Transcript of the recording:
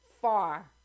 far